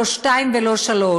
לא (2) ולא (3),